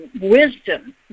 wisdom